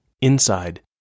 Inside